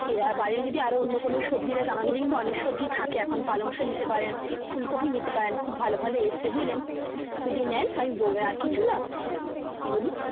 ঠিক আছে আর বাড়ির যদি আরও অন্য কোনো সবজি লাগে আমার কাছে কিন্তু অনেক সবজিই থাকে এখন পালং শাক নিতে পারেন ফুলকপি নিতে পারেন খুব ভালো ভালো এসেছে বুঝলেন যদি নেন বলবেন আর কিছু না বলুন